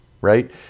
right